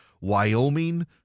Wyoming